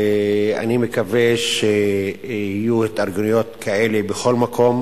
ואני מקווה שיהיו התארגנויות כאלה בכל מקום.